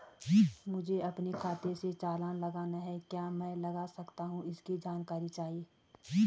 मुझे अपने खाते से चालान लगाना है क्या मैं लगा सकता हूँ इसकी जानकारी चाहिए?